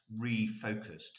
refocused